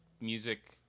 Music